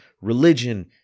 religion